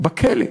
בכלא.